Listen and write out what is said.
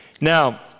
Now